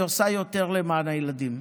היא עושה יותר למען הילדים.